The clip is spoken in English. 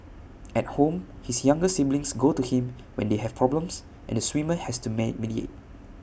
at home his younger siblings go to him when they have problems and the swimmer has to man mediate